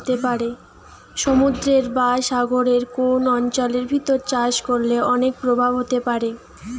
সমুদ্রের বা সাগরের কোন অঞ্চলের ভিতর চাষ করলে অনেক প্রভাব হতে পারে